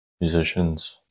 musicians